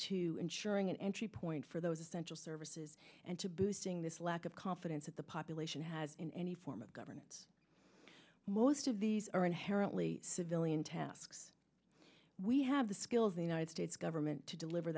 to ensuring an entry point for those essential services and to boosting this lack of confidence that the population has in any form of governance most of these are inherently civilian tasks we have the skills the united states government to deliver